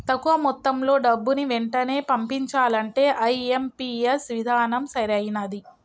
తక్కువ మొత్తంలో డబ్బుని వెంటనే పంపించాలంటే ఐ.ఎం.పీ.ఎస్ విధానం సరైనది